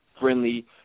friendly